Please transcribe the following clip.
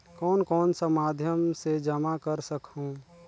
कौन कौन सा माध्यम से जमा कर सखहू?